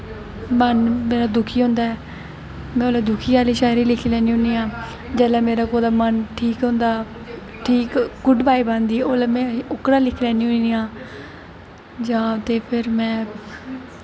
मन बड़ा दुखी होंदा ऐ में ओल्लै दुखी आह्ली शायरी लिखी लैन्नी होनी आं जेल्लै मेरा कुदै मन ठीक होंदा ठीक गुड बॉय पांदी ओल्लै में ओह्कड़ा लिखी लैन्नी होनी आं जां ते फिर में